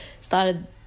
started